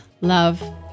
love